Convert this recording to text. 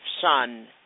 son